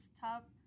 top